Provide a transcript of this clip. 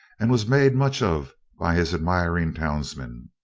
and was made much of by his admiring townsmen.